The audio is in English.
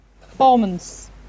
performance